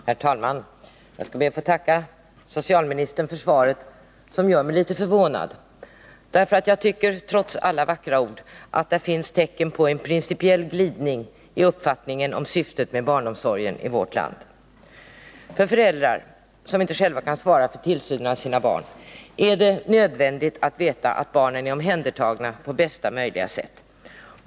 Herr talman! Jag skall be att få tacka socialministern för svaret, som gör mig litet förvånad. Trots alla vackra ord tycker jag att det finns tecken på en principiell glidning när det gäller uppfattningen om syftet med barnomsorgen i vårt land. För föräldrar som inte själva kan svara för tillsynen av sina barn är det nödvändigt att veta att barnen är omhändertagna på bästa möjliga sätt.